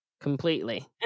Completely